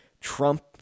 Trump